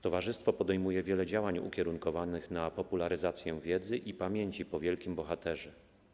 Towarzystwo podejmuje wiele działań ukierunkowanych na popularyzację wiedzy i pamięci o wielki bohaterze.